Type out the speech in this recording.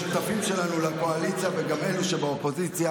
ביחד עם השותפים שלנו לקואליציה וגם אלו שבאופוזיציה,